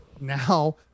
now